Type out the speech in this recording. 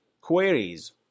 queries